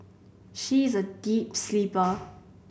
she is a deep sleeper